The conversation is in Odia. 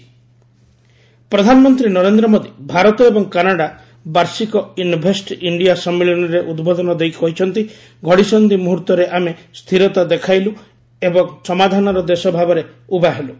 ଇଣ୍ଡିଆ କାନାଡ଼ା ପ୍ରଧାନମନ୍ତ୍ରୀ ନରେନ୍ଦ୍ର ମୋଦି ଭାରତ ଏବଂ କାନାଡ଼ା ବାର୍ଷିକ ଇନ୍ଭେଷ୍ଟ ଇଣ୍ଡିଆ ସମ୍ମିଳନୀରେ ଉଦ୍ବୋଧନ ଦେଇ କହିଛନ୍ତି ଘଡ଼ିସନ୍ଧି ମୁହର୍ତ୍ତରେ ଆମେ ସ୍ଥିରତା ଦେଖାଇଲୁ ଏବଂ ସମାଧାନର ଦେଶ ଭାବରେ ଉଭା ହେଲୁ